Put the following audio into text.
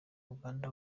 uganda